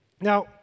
Now